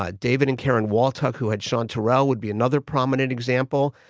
ah david and karen waltuck who had chanterelle would be another prominent example.